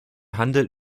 handel